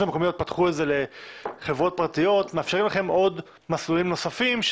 המקומיות פתחו את זה לחברות פרטיות עוד מסלולים נוספים: